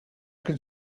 can